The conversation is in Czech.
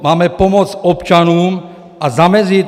Máme pomoct občanům a zamezit...